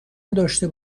داشته